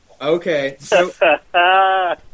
okay